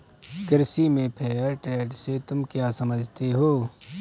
कृषि में fair trade से तुम क्या समझते हो?